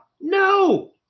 no